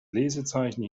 lesezeichen